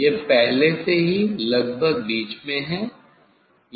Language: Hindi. यह पहले से ही लगभग मध्य में है